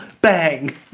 bang